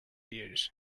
years